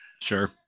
Sure